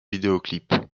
vidéoclip